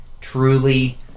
truly